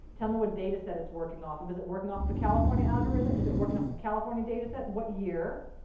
tell me what data set it's working off of. is it working off of a california algorithm is it working off of a california data set? what year?